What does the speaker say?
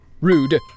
Rude